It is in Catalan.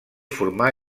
formar